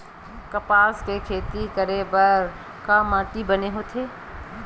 कपास के खेती करे बर का माटी बने होथे?